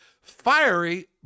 fiery